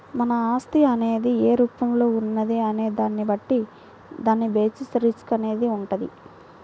మన ఆస్తి అనేది ఏ రూపంలో ఉన్నది అనే దాన్ని బట్టి దాని బేసిస్ రిస్క్ అనేది వుంటది